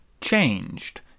changed